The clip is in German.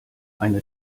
eine